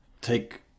take